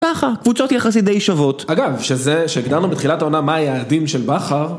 ככה, קבוצות יחסית די שוות. אגב, שזה שהגדרנו בתחילת העונה מה היה היעדים של בכר...